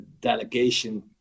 Delegation